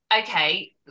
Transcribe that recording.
okay